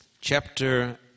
chapter